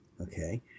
Okay